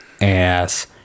ass